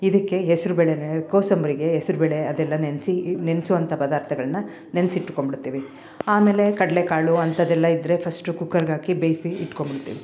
ಇದಕ್ಕೆ ಹೆಸರು ಬೇಳೆ ನೆನೆ ಕೋಸಂಬರಿಗೆ ಹೆಸರುಬೇಳೆ ಅದೆಲ್ಲಾ ನೆನೆಸಿ ನೆನ್ಸುವಂಥ ಪದಾರ್ಥಗಳ್ನ ನೆನೆಸಿಟ್ಕೊಂಬಿಡ್ತಿವಿ ಆಮೇಲೆ ಕಡಲೆಕಾಳು ಅಂಥದೆಲ್ಲಾ ಇದ್ದರೆ ಫಸ್ಟು ಕುಕ್ಕರ್ಗಾಕಿ ಬೇಯಿಸಿ ಇಟ್ಕೊಂಬಿಡ್ತೀವಿ